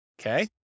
Okay